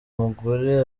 mugore